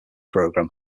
program